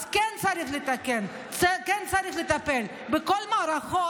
אז כן, צריך לתקן, כן, צריך לטפל בכל המערכות.